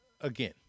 again